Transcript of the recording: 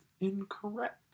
incorrect